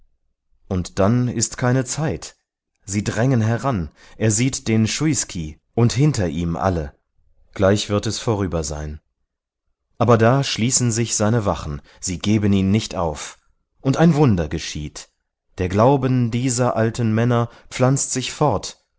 und dann ist keine zeit sie drängen heran er sieht den schuiskij und hinter ihm alle gleich wird es vorüber sein aber da schließen sich seine wachen sie geben ihn nicht auf und ein wunder geschieht der glauben dieser alten männer pflanzt sich fort